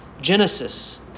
Genesis